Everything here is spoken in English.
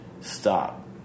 stop